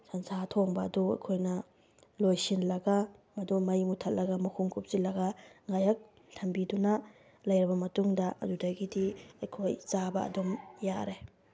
ꯁꯟꯁꯥ ꯊꯣꯡꯕ ꯑꯗꯨ ꯑꯩꯈꯣꯏꯅ ꯂꯣꯏꯁꯤꯜꯂꯒ ꯃꯗꯨ ꯃꯩ ꯃꯨꯊꯠꯂꯒ ꯃꯈꯨꯝ ꯀꯨꯞꯁꯤꯜꯂꯒ ꯉꯥꯏꯍꯥꯛ ꯊꯝꯕꯤꯗꯨꯅ ꯂꯩꯔꯕ ꯃꯇꯨꯡꯗ ꯑꯗꯨꯗꯒꯤꯗꯤ ꯑꯩꯈꯣꯏ ꯆꯥꯕ ꯑꯗꯨꯝ ꯌꯥꯔꯦ